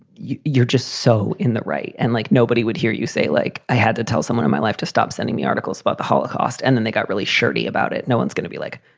you're just so in the right and like, nobody would hear you say, like, i had to tell someone in my life to stop sending me articles about the holocaust. and then they got really shirty about it. no one's going to be like,